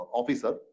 officer